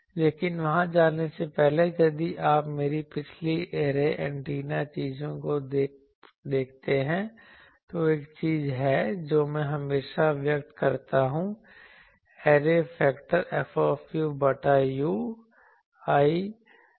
लेकिन वहां जाने से पहले यदि आप मेरी पिछली ऐरे एंटीना चीजों को भी देखते हैं तो एक चीज है जो मैं हमेशा व्यक्त करता हूं ऐरे फैक्टर F बटा u